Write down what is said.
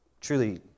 truly